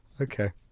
Okay